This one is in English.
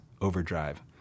overdrive